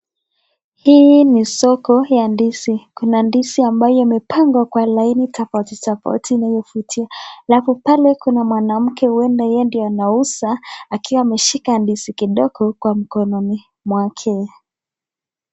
Hii ni soko ya ndizi. Kuna ndizi ambayo imepangwa kwa laini tofauti tofauti inayovutia. Halafu pale kuna mwanamke huenda yeye ndio anauza akiwa ameshika ndizi kidogo kwa mkononi mwake.